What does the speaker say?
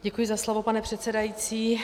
Děkuji za slovo, pane předsedající.